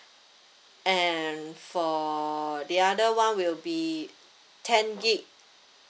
and for the other one will be ten gig